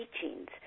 teachings